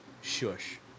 shush